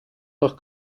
doch